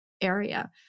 area